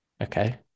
okay